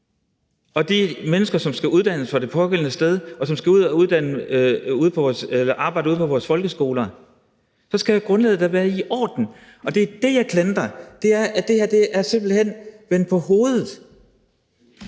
om de mennesker, som skal uddannes fra det pågældende sted, og som skal ud at arbejde ude på vores folkeskoler, så skal grundlaget da være i orden. Det, jeg klandrer det her for, er, at det her simpelt hen er vendt på hovedet.